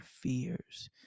fears